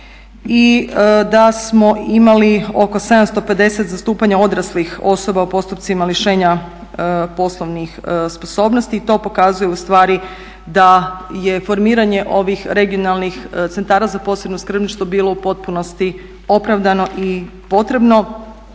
i da smo imali oko 750 zastupanja odraslih osoba u postupcima lišenja poslovnih sposobnosti i to pokazuje ustvari da je formiranje ovih regionalnih centara za posebno skrbništvo bilo u potpunosti opravdano i potrebno.